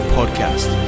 Podcast